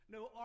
No